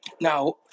now